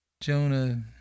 Jonah